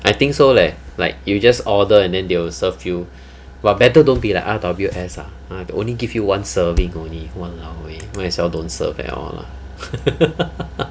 I think so leh like you just order and then they will serve you !wah! better don't be like R_W_S ah the only give you one serving only !walao! eh might as well don't serve at all lah